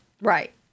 Right